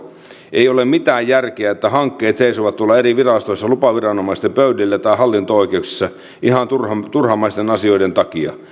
ei ole mitään järkeä että hankkeet seisovat tuolla eri virastoissa lupaviranomaisten pöydillä tai hallinto oikeuksissa ihan turhamaisten turhamaisten asioiden takia